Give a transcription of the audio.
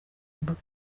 imboga